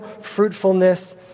fruitfulness